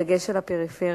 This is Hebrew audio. בדגש על הפריפריה.